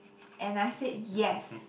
and I said yes